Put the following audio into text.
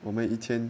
我们一天